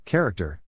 Character